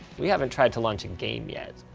we haven't tried to launch a game yet.